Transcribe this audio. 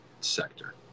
sector